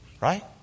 Right